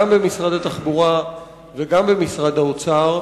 גם במשרד התחבורה וגם במשרד האוצר,